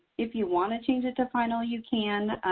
if you want to change it to final, you can,